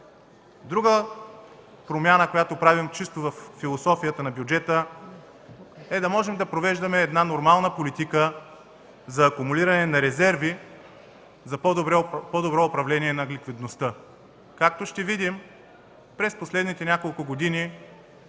Друга промяна, която правим чисто във философията на бюджета, е да можем да провеждаме една нормална политика за акумулиране на резерви за по-добро управление на ликвидността. Както ще видим, през последните няколко години